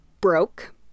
broke